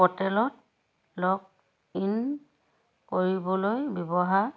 প'ৰ্টেলত log in কৰিবলৈ ব্যৱহাৰ